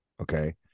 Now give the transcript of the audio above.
Okay